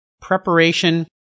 preparation